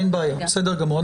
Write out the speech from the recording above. אין בעיה בסדר גמור,